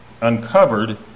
uncovered